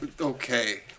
Okay